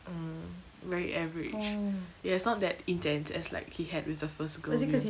mm very average ya it's not that intense as like he had with the first girl